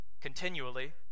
continually